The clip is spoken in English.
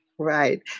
right